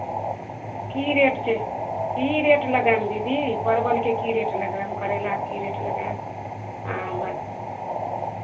की rate छै की rate लगायब दीदी परवलके की रेट लगायब करैलाके की रेट लगायब आ